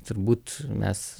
turbūt mes